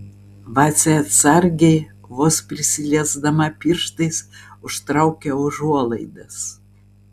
vacė atsargiai vos prisiliesdama pirštais užtraukia užuolaidas